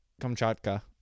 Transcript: Kamchatka